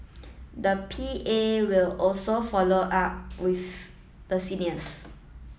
the P A will also follow up with the seniors